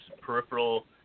peripheral